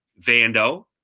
Vando